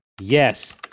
Yes